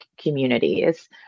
communities